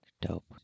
Dope